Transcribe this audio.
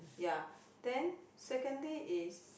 ya then secondly is